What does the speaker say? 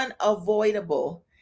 unavoidable